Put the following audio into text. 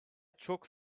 çok